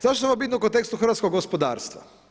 Zašto je ovo bitno kod teksta hrvatskog gospodarstva?